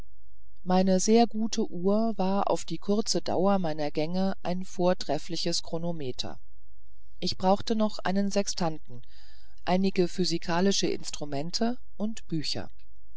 meine sehr gute uhr war auf die kurze dauer meiner gänge ein vortreffliches kronometer ich brauchte noch außerdem einen sextanten einige physikalische instrumente und bücher